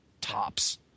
tops